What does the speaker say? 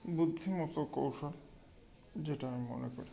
বুদ্ধিমতো কৌশল যেটা আমি মনে করি